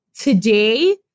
today